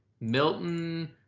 Milton